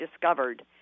discovered